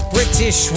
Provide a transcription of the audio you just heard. British